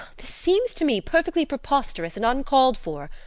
this seems to me perfectly preposterous and uncalled for.